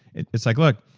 it's like look,